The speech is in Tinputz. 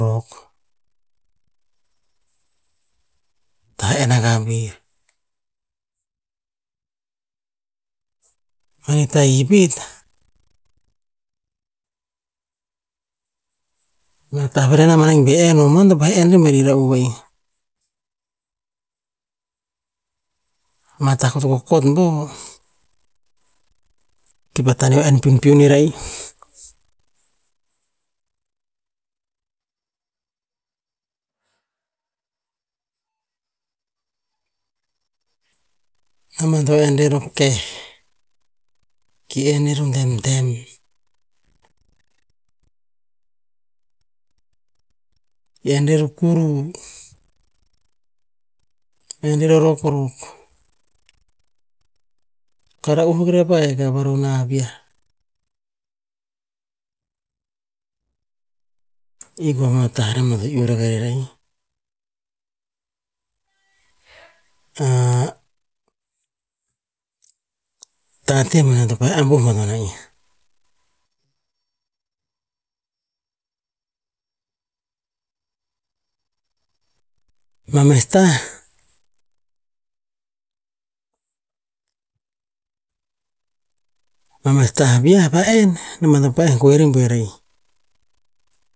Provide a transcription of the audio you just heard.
Rok, tah enn rakah vir. Mini tahi pit, ama tah enn ahik bir enn o moan, to pa'eh enn rer pet era'u va'ih. Ama tah ko to kot bo, kipa taneo enn piupiun rer a'ih. A namban to enn rer o keh, ki enn rer o demdem, ki enn rer o kuru, enn rer o rokrok, kara'uh akuk pa hek a varonah viah. I ko ama tah anamban to iuh rakah rer a'ih. A tate boneh to pareh abuh bat non a'ih. Ma meh tah, ma moih tah vain pa enn namban to pa'eh gue rer buor a'ih,